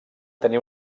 tenir